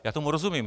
Já tomu rozumím.